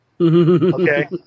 Okay